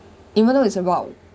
even though it's about